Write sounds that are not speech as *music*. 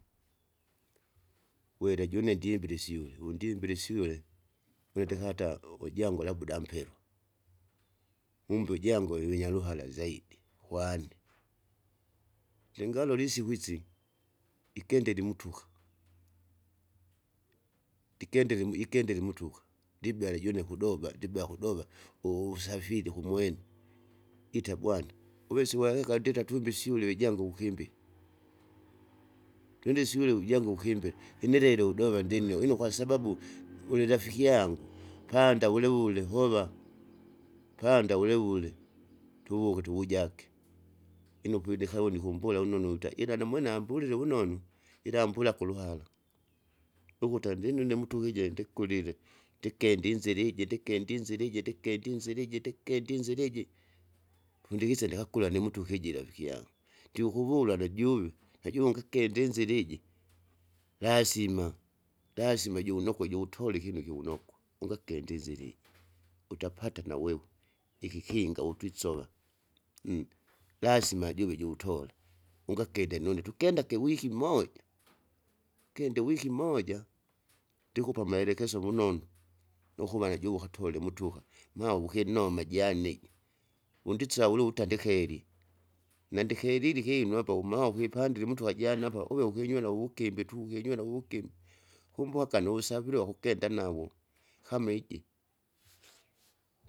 *noise* were june ndiembile isyule wundindile isyule wetekata ujangu labuda amapevu *noise* umbo ijangu iwinyaruhara zaidi kwane. Lingalole isiku isi, *noise* ikendele imutuka, *noise* likendelemo ikendele mutuka ndibala ijune kudoba ndibea kudoba, uvusafiri kumwene *noise* ita bwana, *noise* uvesiwaweka ndita twimbe isyule vijanguukimbi *noise* twende isyule vujangu vukimbile, *noise* inelelo udova ndino ino kwasababu, *noise* uririrafiki yangu, *noise* panda wulewule hova, *noise* panda wulewule, *noise* tuvuke tuvujage, *noise* ino poidekavone ikumbula vonunu uta jira namwene ambulile vunonu, ila ambula kuruhara, *noise* ukuta andinine mutuwije ndikulile. Ndikendi inzira iji ndikenda inziri iji ndekendi inzuri iji ndikendi inziri iji *noise* pundikise ndikakula numutu hijira vikiangu, *noise* ndikukuvula najuve najuve ngakende inzira iji, lazima. Lazima juvunokwe juvutole ikinu iki vunokwa, ungakinde inzira iji *noise* utapate nawewe *noise* ikikinga votwisova. *hesitation* Lasima juve juwutola, ungakinde nunu tukendake wiki moja, *noise* tukende wiki moja, ndikupa amaelekeso vunonu, ukuva najuwe ukatole mutuka ma uvukinoa amajani, wundisaula uwuta andikeri, nandikelili ikinu apo ma ukipandile umutwa jana uve ukinywela uvugimbi tu ukinywera uvugimbi, kumwaakano uvusavila uvusavile wakukenda navo, kama iji.